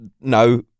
No